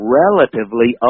relatively